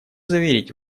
заверить